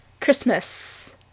Christmas